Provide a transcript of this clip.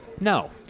no